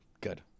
Good